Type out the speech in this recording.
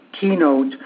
keynote